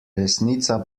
resnica